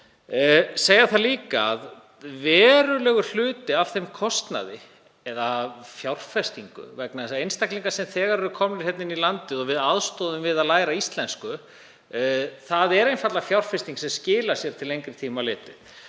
segja það líka að verulegur hluti af þeim kostnaði — eða fjárfestingu vegna þess að einstaklingar sem þegar eru komnir hingað inn í landið og við aðstoðum við að læra íslensku eru einfaldlega fjárfesting sem skilar sér til lengri tíma litið